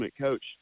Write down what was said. Coach